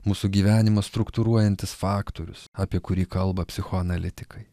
mūsų gyvenimą struktūruojantis faktorius apie kurį kalba psichoanalitikai